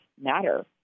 matter